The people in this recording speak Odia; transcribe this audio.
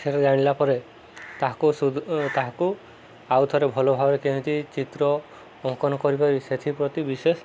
ସେଇଟା ଜାଣିଲା ପରେ ତାହାକୁ ତାହାକୁ ଆଉ ଥରେ ଭଲ ଭାବରେ କେମିତି ଚିତ୍ର ଅଙ୍କନ କରିପାରିବି ସେଥିପ୍ରତି ବିଶେଷ